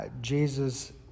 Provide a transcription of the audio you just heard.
Jesus